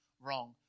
wrong